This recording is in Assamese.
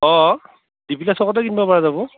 অঁ ইগিলা চকতে কিনবা পৰা যাব